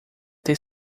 ter